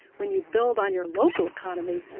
when you build on your local economy,